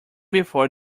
before